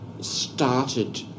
started